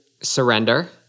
surrender